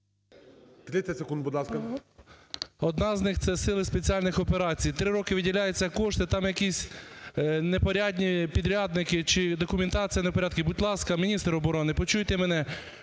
30 секунд, будь ласка. РЕВЕГА О.В. …одна з них - це сили спеціальних операцій. Три роки виділяються кошти, там якісь непорядні підрядники чи документація не в порядку. Будь ласка, міністр оборони, почуйте мене,